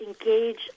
engage